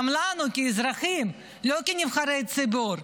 גם לנו כאזרחים, לא כנבחרי ציבור,